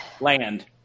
land